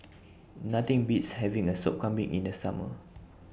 Nothing Beats having A Sup Kambing in The Summer